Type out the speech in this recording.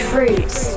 Fruits